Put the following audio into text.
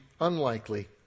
unlikely